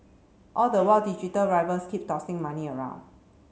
all the while digital rivals keep tossing money around